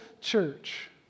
church